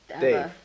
Dave